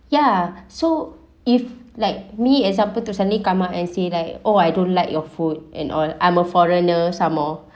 ya so if like me example to suddenly come out and say like oh I don't like your food and all I'm a foreigner some more